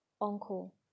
Uncle